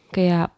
Kaya